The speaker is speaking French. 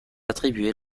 attribué